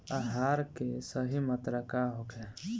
आहार के सही मात्रा का होखे?